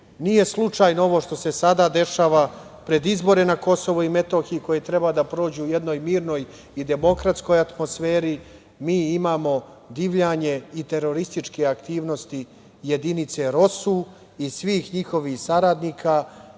Nije slučajno ovo što se sada dešava pred izbore na Kosovu i Metohiji, koji treba da prođu u jednoj mirnoj i demokratskog atmosferi, mi imamo divljanje i terorističke aktivnosti jedinice ROSU i svih njihovih saradnika